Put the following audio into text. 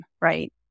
Right